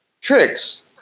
tricks